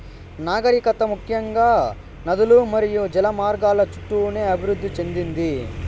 నాగరికత ముఖ్యంగా నదులు మరియు జల మార్గాల చుట్టూనే అభివృద్ది చెందింది